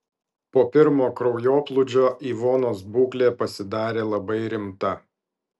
po pirmo kraujoplūdžio ivonos būklė pasidarė labai rimta